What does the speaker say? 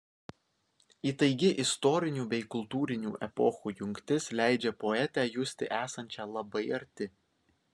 įtaigi istorinių bei kultūrinių epochų jungtis leidžia poetę justi esančią labai arti